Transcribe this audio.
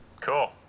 cool